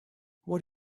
what